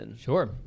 Sure